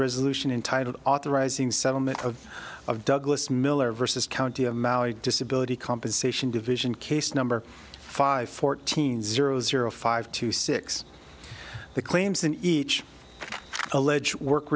resolution in title authorizing settlement of of douglas miller versus county of maui disability compensation division case number five fourteen zero zero five two six the claims in each allege work